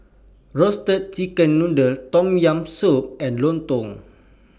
Roasted Chicken Noodle Tom Yam Soup and Lontong